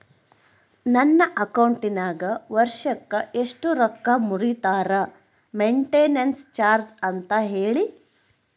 ನನ್ನ ಅಕೌಂಟಿನಾಗ ವರ್ಷಕ್ಕ ಎಷ್ಟು ರೊಕ್ಕ ಮುರಿತಾರ ಮೆಂಟೇನೆನ್ಸ್ ಚಾರ್ಜ್ ಅಂತ ಹೇಳಿ?